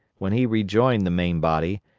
when he rejoined the main body,